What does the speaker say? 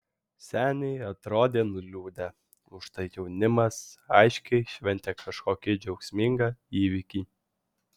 seniai atrodė nuliūdę užtai jaunimas aiškiai šventė kažkokį džiaugsmingą įvykį